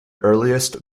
earliest